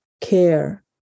care